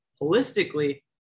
holistically